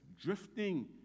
drifting